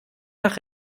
nach